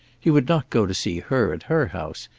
he would not go to see her at her house,